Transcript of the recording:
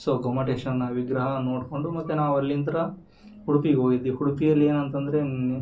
so ಗೊಮ್ಮಟೇಶ್ವರನ ವಿಗ್ರಹ ನೋಡ್ಕೊಂಡು ಮತ್ತೆ ನಾವಲ್ಲಿಂದ ಉಡುಪಿಗೆ ಹೋಗಿದ್ವಿ ಉಡುಪಿಯಲ್ಲಿ ಏನಂತ ಅಂದ್ರೆ